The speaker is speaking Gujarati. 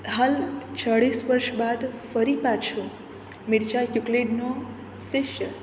હાલ છડે સ્પર્શ બાદ ફરી પાછો મીરચા યુકલેટનો શિષ્ય